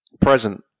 Present